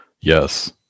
Yes